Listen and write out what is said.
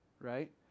right